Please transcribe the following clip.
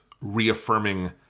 reaffirming